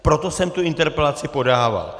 Proto jsem tu interpelaci podával.